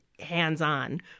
hands-on